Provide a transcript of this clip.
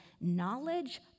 knowledge